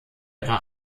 ihrer